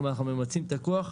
כלומר אנחנו ממצים את הכוח,